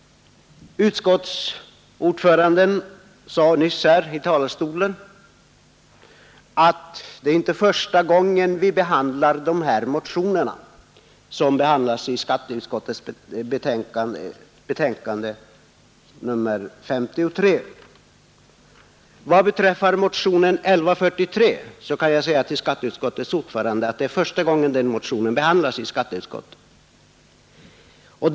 Utskottsordföranden sade nyss här i talarstolen att det inte är första gången vi diskuterar de motioner som behandlas i skatteutskottets betänkande nr 53. Vad beträffar motionen 1143 kan jag säga till skatteutskottets ordförande att detta är första gången som denna har behandlats i skatteutskottet.